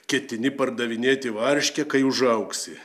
ketini pardavinėti varškę kai užaugsi